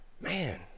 Man